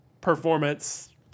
performance